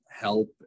help